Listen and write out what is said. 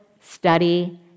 study